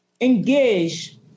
engage